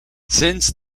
since